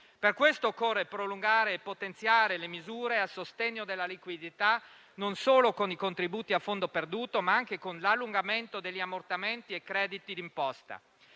Per questo occorre prolungare e potenziare le misure a sostegno della liquidità, non solo con i contributi a fondo perduto, ma anche con l'allungamento degli ammortamenti e crediti d'imposta.